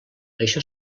això